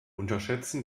unterschätzen